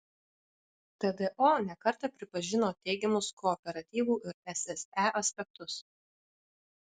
tdo ne kartą pripažino teigiamus kooperatyvų ir sse aspektus